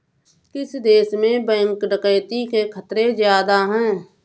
किस देश में बैंक डकैती के खतरे ज्यादा हैं?